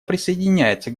присоединяется